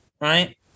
right